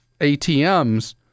ATMs